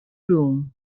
room